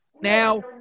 Now